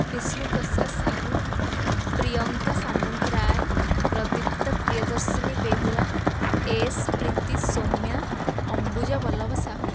Vishnu Prasad Sahu Priyanka Samantaray Pradipta Priyadarshini Behura S Priti Soumya Ambuja Ballabh Sahu